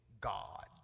God